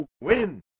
Win